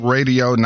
Radio